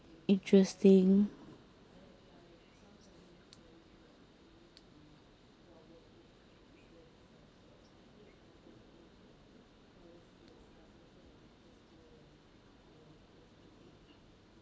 interesting